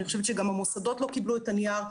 אני חושבת שגם המוסדות לא קיבלו את הנייר,